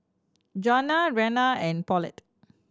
Johnna Reanna and Paulette